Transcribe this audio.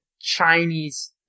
Chinese